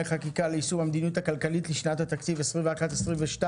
חקיקה ליישום המדיניות הכלכלית לשנות התקציב 2021 ו-2022),